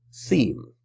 theme